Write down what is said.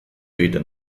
egiten